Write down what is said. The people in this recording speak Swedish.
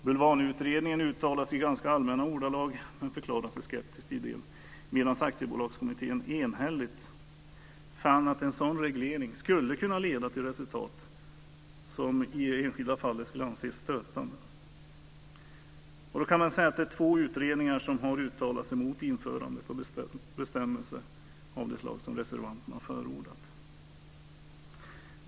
Bulvanutredningen uttalar sig i ganska allmänna ordalag men förklarar sig skeptisk till idén, medan aktiebolagskommittén enhälligt fann att en sådan reglering skulle kunna leda till resultat som i det enskilda fallet skulle anses stötande. Man kan då säga att det är två utredningar som har uttalat sig mot införandet av en bestämmelse av det slag som reservanterna förordat.